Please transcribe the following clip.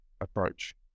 approach